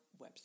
website